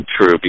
true